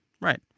Right